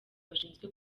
bashinzwe